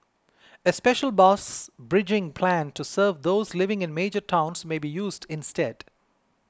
a special bus bridging plan to serve those living in major towns may be used instead